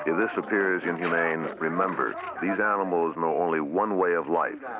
this appears inhumane, remember, these animals know only one way of life.